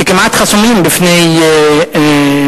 שכמעט חסומים בפני ערבים.